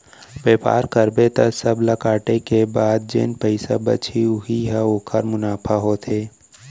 बेपार करबे त सब ल काटे के बाद जेन पइसा बचही उही ह ओखर मुनाफा होथे